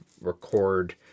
record